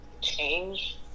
change